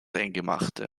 eingemachte